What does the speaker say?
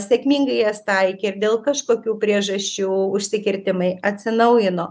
sėkmingai jas taikė ir dėl kažkokių priežasčių užsikirtimai atsinaujino